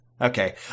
Okay